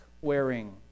wearing